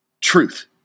truth